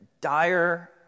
dire